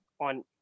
on